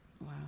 Wow